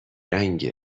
رنگ